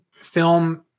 film